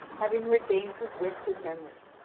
having regained his wits and memory.